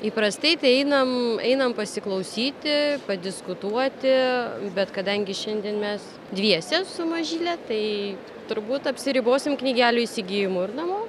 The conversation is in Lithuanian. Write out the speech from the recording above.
įprastai tai einam einame pasiklausyti padiskutuoti bet kadangi šiandien mes dviese su mažyle tai turbūt apsiribosime knygelių įsigijimu ir namo